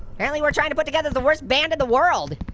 apparently we're trying to put together the worst band in the world.